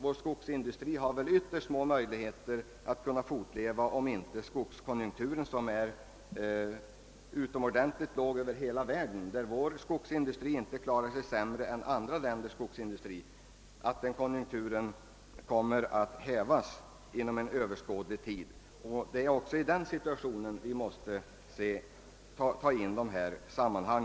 Vår skogsindustri har ytterst små möjligheter att fortleva, om inte den utomordentligt låga skogskonjunktur som råder praktiskt taget överallt och där vår egen skogsindustri inte klarar sig sämre än andra länders kommer att hävas inom överskådlig tid.